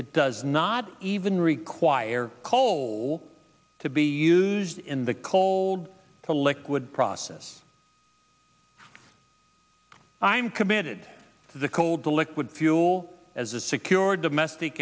it does not even require coal to be used in the cold to liquid process i'm committed to the cold the liquid fuel as a secure domestic